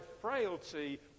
frailty